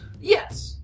Yes